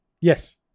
Yes